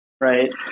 right